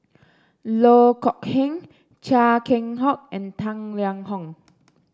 Loh Kok Heng Chia Keng Hock and Tang Liang Hong